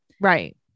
Right